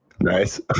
Nice